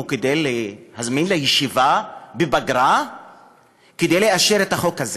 להזמין לישיבה בפגרה כדי לאשר את החוק הזה?